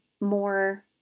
more